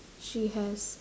she has